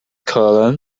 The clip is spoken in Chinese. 可能